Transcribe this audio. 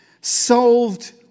solved